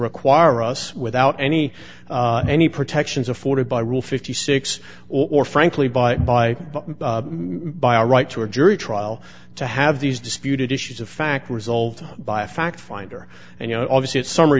require us without any any protections afforded by rule fifty six or frankly by by by a right to a jury trial to have these disputed issues of fact resolved by a fact finder and you know obviously it's summ